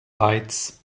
lights